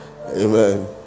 Amen